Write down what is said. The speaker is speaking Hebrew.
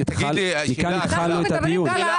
מכאן התחלנו את הדיון.